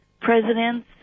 presidents